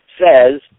says